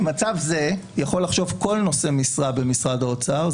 במצב זה יכול לחשוב כל נושא משרה במשרד האוצר,